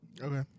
Okay